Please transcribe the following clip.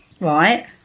Right